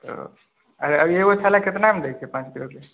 एगो थैला केतनामे दै छै पाँच किलोके